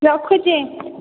ରଖୁଛି